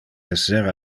esser